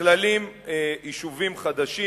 נכללים יישובים חדשים,